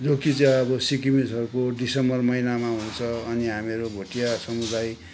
जो कि चैँ अब सिक्किमिसहरूको डिसम्बर महिनामा हुन्छ अनि हामीहरू भोटिया समुदाय